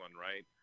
right